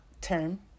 term